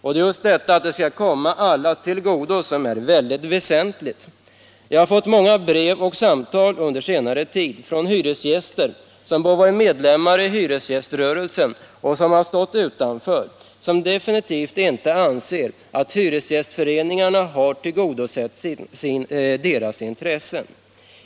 Det är just detta att det skall komma alla till godo som är mycket väsentligt. Under senare tid har jag fått många brev och samtal från hyresgäster, både sådana som är medlemmar i hyresgäströrelsen och sådana som står utanför, som definitivt inte anser att hyresgästföreningarna har tillgodosett deras intressen.